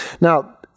Now